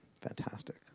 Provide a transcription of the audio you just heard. fantastic